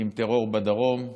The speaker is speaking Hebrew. עם טרור בדרום,